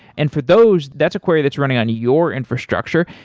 and for those, that's a query that's running on your infrastructure.